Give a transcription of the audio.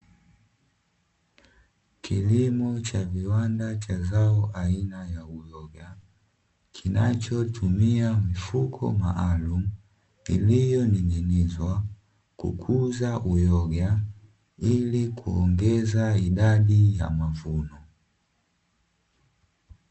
Kilimo cha viwanda cha zao aina ya uyoga kinachotumia mifuko maalumu iliyoning’inizwa kukuza uyoga, ili kuongeza idadi ya mavuno.